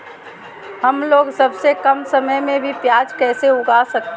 हमलोग सबसे कम समय में भी प्याज कैसे उगा सकते हैं?